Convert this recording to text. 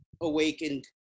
awakened